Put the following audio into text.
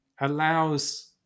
allows